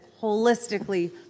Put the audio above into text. holistically